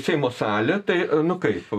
seimo salę tai nu kaip